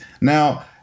Now